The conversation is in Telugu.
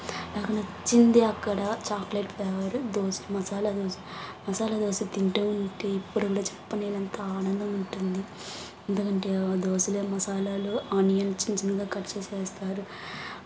నాకు నచ్చింది అక్కడ చాక్లెట్ ఫ్లేవరు దోస మసాలా దోస మసాలా దోస తింటూ ఉంటే ఇప్పుడున్న చెప్పలేనంత ఆనందం ఉంటుంది దాంటి ఆ దోసలే మాసాలలో అనియన్ చిన్నచిన్నగా కట్ చేసి వేస్తారు